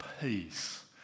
peace